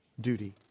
duty